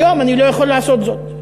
היום אני לא יכול לעשות זאת,